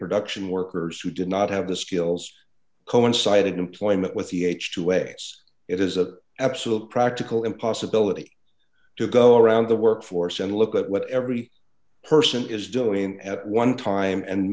production workers who did not have the skills coincided employment with the h two a it is a absolute practical impossibility to go around the workforce and look at what every person is doing at one time and